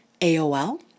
AOL